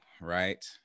right